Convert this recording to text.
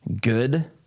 good